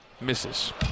Misses